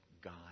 God